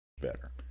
better